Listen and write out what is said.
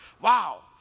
wow